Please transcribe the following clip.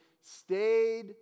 Stayed